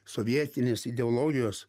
sovietinės ideologijos